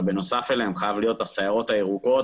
אבל בנוסף אליהם חייבים להיות הסיירות הירוקות